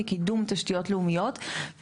היא קידום תשתיות לאומיות,